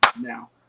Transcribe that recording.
now